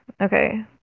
Okay